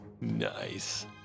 Nice